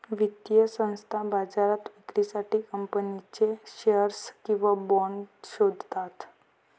वित्तीय संस्था बाजारात विक्रीसाठी कंपनीचे शेअर्स किंवा बाँड शोधतात